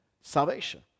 salvation